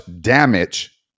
damage